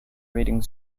rating